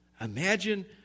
Imagine